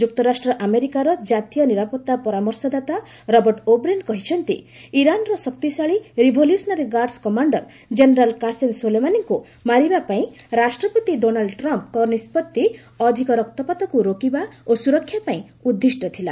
ଯୁକ୍ତରାଷ୍ଟ୍ର ଆମେରିକାର ଜାତୀୟ ନିରାପତ୍ତା ପରାମର୍ଶଦାତା ରବର୍ଟ୍ ଓବ୍ରେନ୍ କହିଛନ୍ତି ଇରାନ୍ର ଶକ୍ତିଶାଳୀ revolutionary guards commander general Qasem ସୋଲେମାନିଙ୍କୁ ମାରିବା ପାଇଁ ରାଷ୍ଟ୍ରପତି ଡୋନାଲ୍ଡ ଟ୍ରମ୍ଫ୍ଙ୍କ ନିଷ୍କଭି ଅଧିକ ରକ୍ତପାତକୁ ରୋକିବା ଓ ସୁରକ୍ଷା ପାଇଁ ଉଦ୍ଦିଷ୍ଟ ଥିଲା